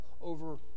over